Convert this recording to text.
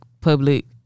public